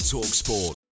TalkSport